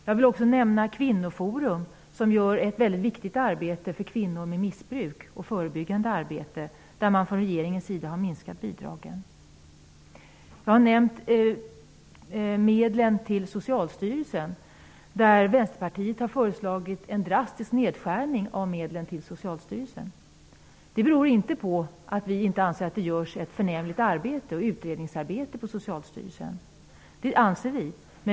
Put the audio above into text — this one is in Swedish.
Jag vill också nämna Kvinnoforum, som gör ett mycket viktigt arbete för kvinnor med missbruk och ett förebyggande arbete, men som har fått sina bidrag minskade av regeringen. Jag har nämnt medlen till Socialstyrelsen, av vilka Vänsterpartiet har föreslagit en drastisk nedskärning. Det beror inte på att vi inte anser att det utförs förnämligt arbete och utredningsarbete på Socialstyrelsen. Det anser vi.